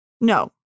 No